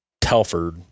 Telford